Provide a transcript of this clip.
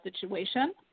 situation